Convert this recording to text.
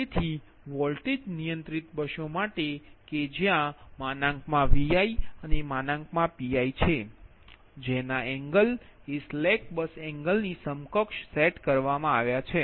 તેથી વોલ્ટેજ નિયંત્રિત બસો માટે કે જ્યાં Viઅને Pi છે જે ના એંગલ એ સ્લેક બસ એંગલની સમકક્ષ સેટ કરવામાં આવ્યા છે